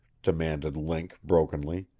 demanded link brokenly.